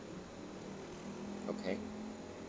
okay